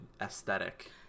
aesthetic